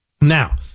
Now